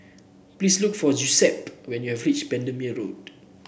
please look for Giuseppe when you are reach Bendemeer Road